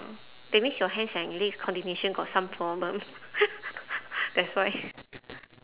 that means your hands and legs coordination got some problem that's why